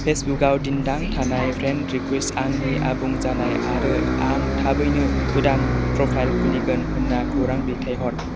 फेसबुकाव दिन्दां थानाय friend request आंनि आबुं जानाय आरो आं थाबैनो गोदान प्रफाइल खुलिगोन होनना खौरां दैथायहर